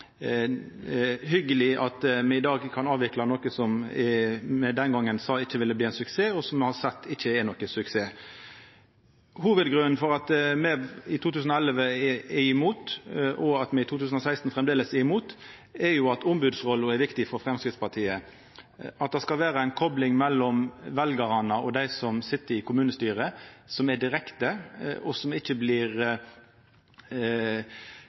hyggeleg at me i dag kan avvikla noko som me den gongen sa ikkje ville bli ein suksess, og som me har sett ikkje er nokon suksess. Hovudgrunnen til at me var imot i 2011, og at me framleis er imot i 2016, er at ombodsrolla er viktig for Framstegspartiet, at det skal vera ei kopling mellom veljarane og dei som sit i kommunestyret som er direkte, og som på ein måte ikkje blir